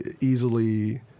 easily